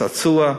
"צעצוע",